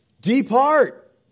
depart